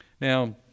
Now